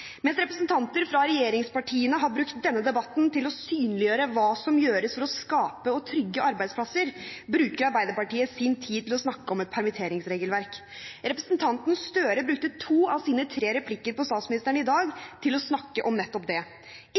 Mens representanter fra regjeringspartiene har brukt denne debatten til å synliggjøre hva som gjøres for å skape og trygge arbeidsplasser, bruker Arbeiderpartiet sin tid til å snakke om et permitteringsregelverk. Representanten Gahr Støre brukte to av sine replikker på statsministeren i dag til å snakke om nettopp det